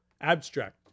Abstract